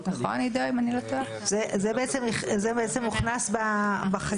זה בעצם הוכנס בחקיקה האחרונה.